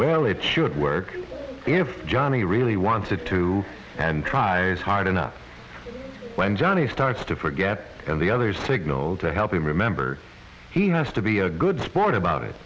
well it should work if johnny really wanted to and tries hard enough when johnny starts to forget and the others signaled to help him remember he has to be a good sport about it